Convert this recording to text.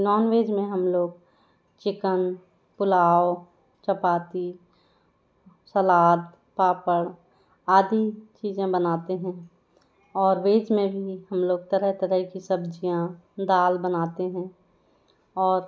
non veg में हम लोग चिकन पुलाव चपाती सलाद पापड़ आदि चीज़ें बनाते हैं और वेज में भी हम लोग तरह तरह की सब्ज़ियां दाल बनाते हैं और